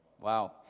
Wow